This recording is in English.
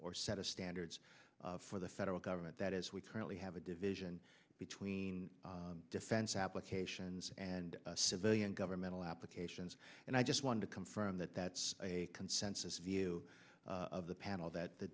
for set of standards for the federal government that is we currently have a division between defense applications and civilian governmental applications and i just want to confirm that that's a consensus view of the panel that the